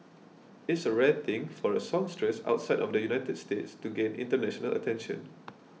it's a rare thing for a songstress outside of the United States to gain international attention